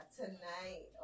tonight